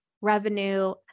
revenue